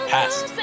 Past